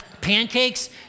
Pancakes